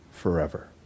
forever